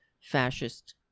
fascist